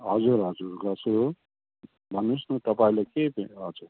हजुर हजुर गर्छु भन्नुहोस् न तपाईँहरूलाई के के हजुर